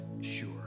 sure